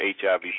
HIV